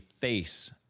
face